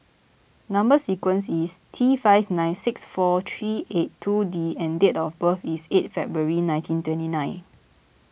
Number Sequence is T five nine six four three eight two D and date of birth is eight February nineteen twenty nine